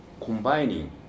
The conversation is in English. combining